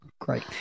great